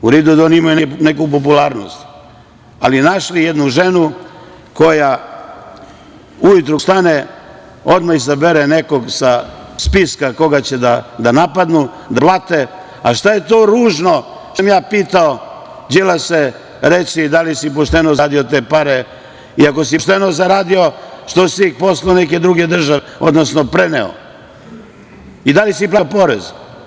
U redu da oni imaju neku popularnost, ali našli jednu ženu koja ujutru kad ustane odmah izabere nekog sa spiska koga će da napadnu, da ga blate, a šta je to ružno što sam pitao – Đilase, reci da li si pošteno zaradio te pare i ako si pošteno zaradio, što si ih poslao u neke druge države, odnosno preneo i da li si platio porez.